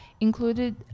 included